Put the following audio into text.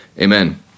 Amen